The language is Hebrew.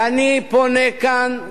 ואני פונה כאן,